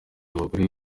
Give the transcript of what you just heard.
abagore